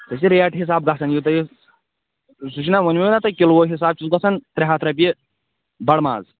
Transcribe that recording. یہِ چھِ ریٚٹ حساب گژھان یوٗتاہ یہِ سُہ چھُناہ ووٚنو نا کِلوٗوُن حِساب چُھس گژھان ترٛےٚ ہَتھ رۅپیہِ بڈٕ ماز